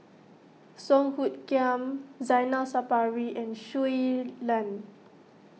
Song Hoot Kiam Zainal Sapari and Shui Lan